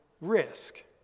risk